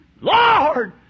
Lord